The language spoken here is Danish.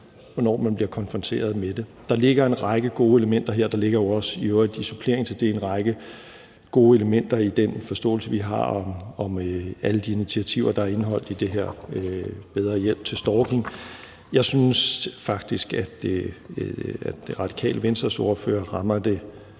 hvornår man bliver konfronteret med det. Der ligger en række gode elementer her. Der ligger jo i øvrigt også i supplering til det en række gode elementer i den forståelse, vi har, om alle de initiativer, der er indeholdt i det her, »Bedre hjælp til ofre for stalking«. Jeg synes faktisk, at Radikale Venstres ordfører rammer det